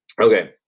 okay